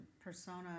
persona